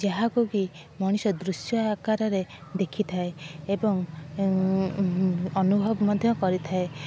ଯାହାକୁ କି ମଣିଷ ଦୃଶ୍ୟ ଆକାରରେ ଦେଖିଥାଏ ଏବଂ ଅନୁଭବ ମଧ୍ୟ କରିଥାଏ